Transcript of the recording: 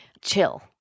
chill